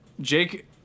Jake